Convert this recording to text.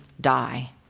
die